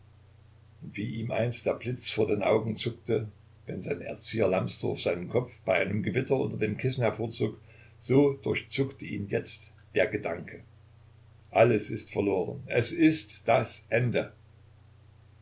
wie ihm einst der blitz vor den augen zuckte wenn sein erzieher lamsdorff seinen kopf bei einem gewitter unter dem kissen hervorzog so durchzuckte ihn jetzt der gedanke alles ist verloren es ist das ende